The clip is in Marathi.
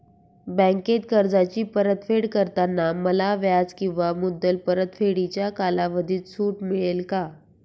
बँकेत कर्जाची परतफेड करताना मला व्याज किंवा मुद्दल परतफेडीच्या कालावधीत सूट मिळेल का?